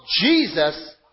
Jesus